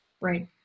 Right